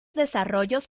desarrollos